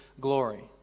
glory